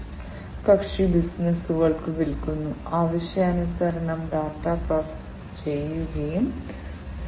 മുൻകാല പരമ്പരാഗത ആക്യുവേറ്ററുകളേക്കാൾ കൃത്യമായ ഫ്ലോ നിയന്ത്രണം വിപുലമായ ആശയവിനിമയ ശേഷി മെച്ചപ്പെട്ട ഡയഗ്നോസ്റ്റിക്സ് എന്നിവയുള്ള ഇലക്ട്രോ ന്യൂമാറ്റിക് സിസ്റ്റങ്ങളുണ്ട്